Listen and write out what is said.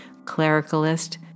clericalist